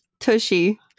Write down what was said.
Tushy